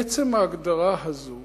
עצם ההגדרה הזאת